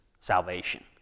salvation